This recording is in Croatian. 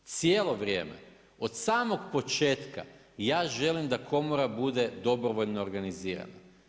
Cijelo vrijeme od samog početka ja želim da komora bude dobrovoljno organizirana.